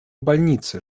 больницы